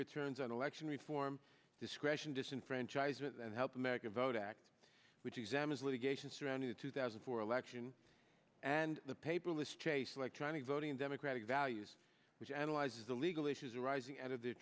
returns on election reform discretion disenfranchisement and help america vote act which examines litigation surrounding the two thousand four election and the paperless chase electronic voting democratic values which analyzes the legal issues arising